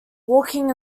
walking